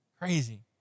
Crazy